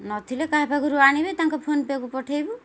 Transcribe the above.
ନଥିଲେ କାହା ପାଖରୁ ଆଣିବେ ତାଙ୍କ ଫୋନ୍ ପେକୁ ପଠାଇବୁ